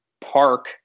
park